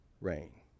rain